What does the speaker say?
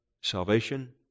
salvation